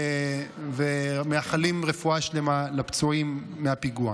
ומאחלים רפואה שלמה לפצועים מהפיגוע.